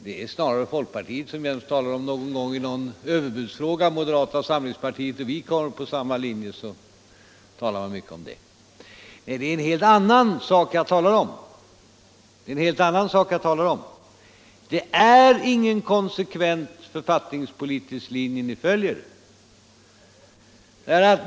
Det är snarare folkpartiet som, när vi någon gång i en överbudsfråga råkar komma på samma linje som moderata samlingspartiet, talar mycket om det. Men det är en helt annan sak jag nu talar om. Det är ingen konsekvent författningspolitisk linje folkpartiet följer.